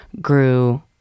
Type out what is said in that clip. grew